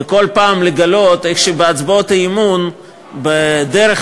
וכל פעם לגלות איך בהצבעות האי-אמון בדרך